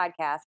podcast